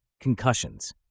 concussions